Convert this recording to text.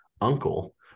uncle